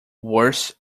worse